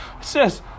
says